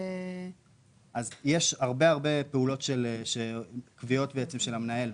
יש הרבה פעולות, קביעות של המנהל.